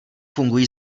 fungují